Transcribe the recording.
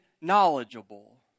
knowledgeable